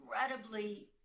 incredibly